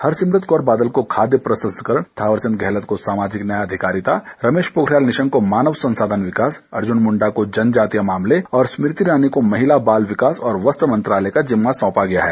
हरसिमरत कौर बादल को खाद्य प्रसंस्करण थावर चंद गहलोत को सामाजिक न्याय और आधिकारिता रमेश पोखरियाल निशंक को मानव संसाधन विकास अर्जुन मुंडा को जनजातीय मामले और स्मृति ईरानी को महिला बाल विकास और वस्त्र मंत्रालय का ज़िम्मा दिया गया है